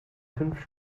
fünf